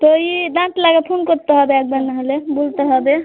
তো ইয়ে নাক লাগে ফোন করতে হবে একবার নাহলে বলতে হবে